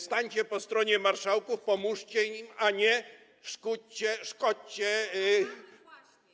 Stańcie po stronie marszałków, pomóżcie im, nie szkodźcie.